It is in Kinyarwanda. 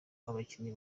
abakinnyi